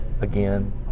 Again